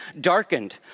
darkened